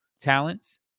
talents